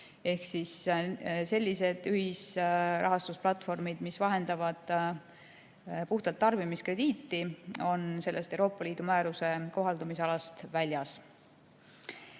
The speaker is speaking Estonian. Ehk siis sellised ühisrahastusplatvormid, mis vahendavad puhtalt tarbimiskrediiti, on sellest Euroopa Liidu määruse kohaldamisalast väljas. Teine